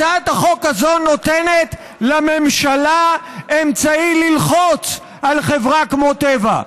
הצעת החוק הזאת נותנת לממשלה אמצעי ללחוץ על חברה כמו טבע.